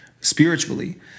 spiritually